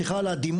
סליחה על הדימוי,